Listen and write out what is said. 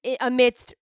amidst